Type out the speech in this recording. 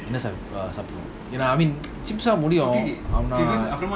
என்னசாப்டீங்க:enna sapteenga you know I mean அப்புறமா:appurama